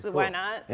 why not? yeah,